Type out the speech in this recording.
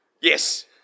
Yes